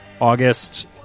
August